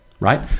Right